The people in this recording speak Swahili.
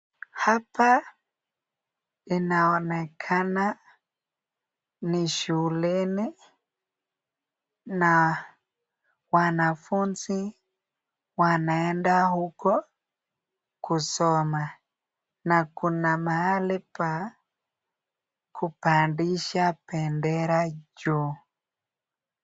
Hapa inaonekana ni shuleni na wanafunzi wanaenda huko kusoma, na kuna mahali pa kupandisha bendera juu.